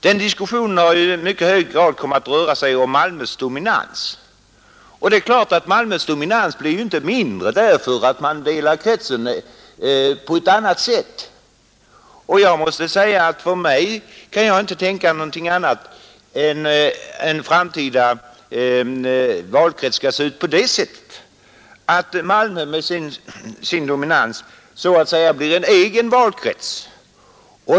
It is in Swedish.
Den diskussionen har mycket kommit att röra sig om Malmös dominans, Det är klart att Malmös dominans inte blir mindre för att man delar kretsen på ett annat sätt. För egen del kan jag inte tänka mig något annat än att en framtida valkrets skall se ut på det sättet att Malmö blir en egen valkrets.